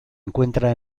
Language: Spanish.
encuentra